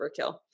overkill